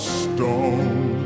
stone